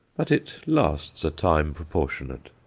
but it lasts a time proportionate.